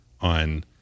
on